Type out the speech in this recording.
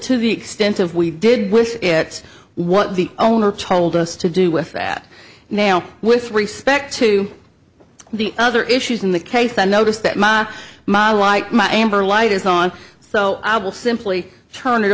to the extent of we did with it what the owner told us to do with that now with respect to the other issues in that case i noticed that my model my amber light is on so i will simply turn it